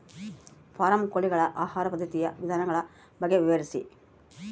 Form ಕೋಳಿಗಳ ಆಹಾರ ಪದ್ಧತಿಯ ವಿಧಾನಗಳ ಬಗ್ಗೆ ವಿವರಿಸಿ?